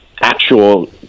actual